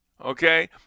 okay